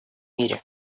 мире